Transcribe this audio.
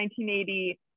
1980